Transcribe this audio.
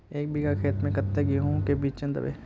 एक बिगहा खेत में कते गेहूम के बिचन दबे?